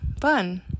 fun